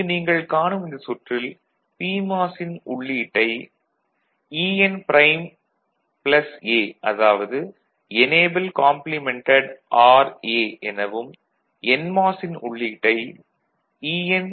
இங்கு நீங்கள் காணும் இந்த சுற்றில் பிமாஸ் ன் உள்ளீட்டை EN' A அதாவது எனேபிள் காம்ப்ளிமென்டெட் ஆர் A எனவும் என்மாஸ் ன் உள்ளீட்டை EN